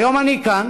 היום אני כאן,